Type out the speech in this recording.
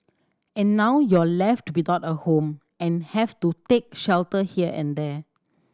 and now you're left without a home and have to take shelter here and there